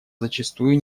зачастую